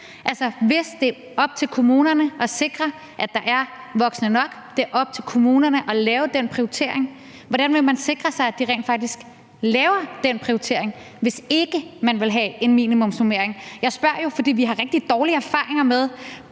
hvis det er op til kommunerne at sikre, at der er voksne nok – hvis det er op til kommunerne at lave den prioritering – hvordan vil man så sikre sig, at de rent faktisk laver den prioritering, hvis ikke man vil have en minimumsnormering? Jeg spørger jo, fordi vi har rigtig dårlige erfaringer med